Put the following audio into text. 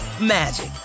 magic